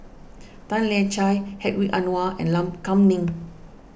Tan Lian Chye Hedwig Anuar and Lam Kam Ning